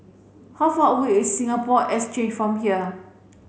how far away is Singapore Exchange from here